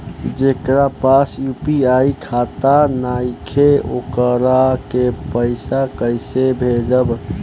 जेकरा पास यू.पी.आई खाता नाईखे वोकरा के पईसा कईसे भेजब?